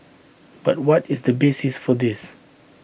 but what is the basis for this